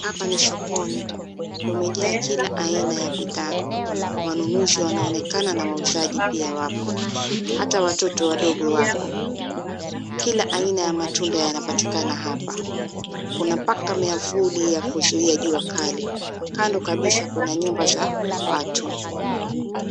Hapa ni sokoni, kumejaa kila aina ya bidhaa, wanunuzi wanaonekana na wauzaji pia wapo hata watoto wadogo wapo. Kila aina ya matunda yanapatikana hapa, kuna mpaka miavuli vya kuzuia jua kali. Kando kabisa kuna nyumba za watu.